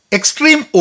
Extreme